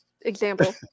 example